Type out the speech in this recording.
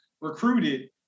recruited